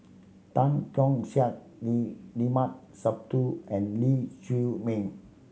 Tan Keong Saik Lee Limat Sabtu and Lee Chiaw Meng